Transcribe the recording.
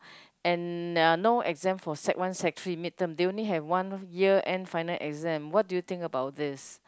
and uh no exam for sec one sec three mid term they only have one year end final exam what do you think about this